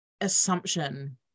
assumption